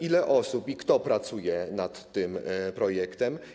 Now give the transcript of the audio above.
Ile osób, i kto, pracuje nad tym projektem?